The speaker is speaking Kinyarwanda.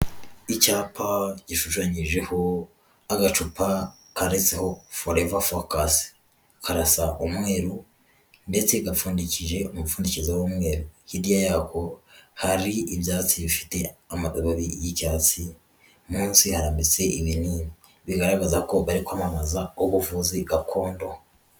Icyapa gishushanyijeho agacupakanditseho Forevs fokasi karasa umweru ndetse gapfundikije umumfundikizo w'umweru, hirya yaho hari ibyatsi bifite amadababi y'icyatsi, munsi harambitse ibinini bigaragaza ko bari kwamamaza ubuvuzi gakondo.